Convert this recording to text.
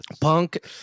Punk